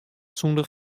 sonder